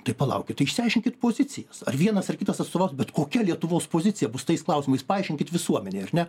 tai palaukit tai išsiaiškinkit pozicijas ar vienas ar kitas atstovaus bet kokia lietuvos pozicija bus tais klausimais paaiškinkit visuomenei ar ne